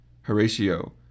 Horatio